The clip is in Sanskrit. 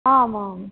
आम् आम्